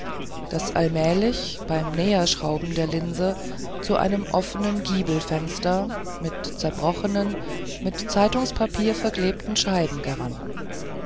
das allmählich beim näherschrauben der linse zu einem offenen giebelfenster mit zerbrochenen mit zeitungspapier verklebten scheiben gerann